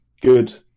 good